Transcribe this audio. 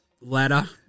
ladder